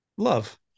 love